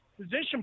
position